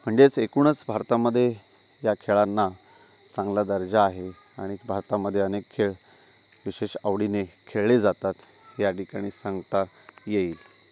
म्हणजेच एकूणच भारतामध्ये या खेळांना चांगला दर्जा आहे आणि भारतामध्ये अनेक खेळ विशेष आवडीने खेळले जातात या ठिकाणी सांगता येईल